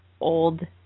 old